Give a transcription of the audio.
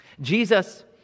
Jesus